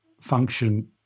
function